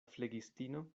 flegistino